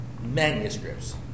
manuscripts